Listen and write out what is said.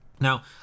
Now